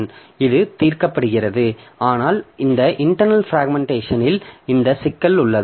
எனவே இது தீர்க்கப்படுகிறது ஆனால் இந்த இன்டர்ணல் பிராக்மென்ட்டேஷன் இல் இந்த சிக்கல் உள்ளது